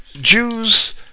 Jews